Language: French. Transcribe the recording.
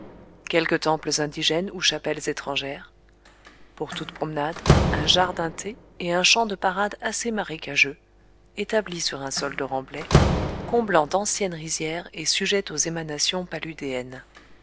quelques temples indigènes ou chapelles étrangères pour toutes promenades un jardin thé et un champ de parade assez marécageux établi sur un sol de remblai comblant d'anciennes rizières et sujet aux émanations